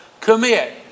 Commit